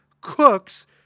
cooks